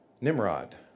Nimrod